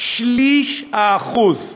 שליש האחוז,